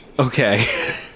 Okay